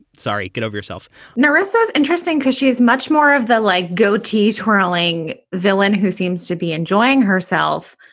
sorry. get over yourself norris so is interesting because she is much more of the like goatees twirling villain who seems to be enjoying herself.